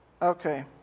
Okay